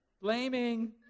Blaming